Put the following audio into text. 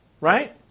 right